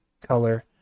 color